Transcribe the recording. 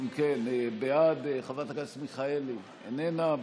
חברת הכנסת מיכאלי, איננה.